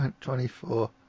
Twenty-four